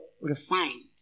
refined